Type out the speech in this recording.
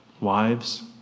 Wives